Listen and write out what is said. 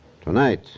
tonight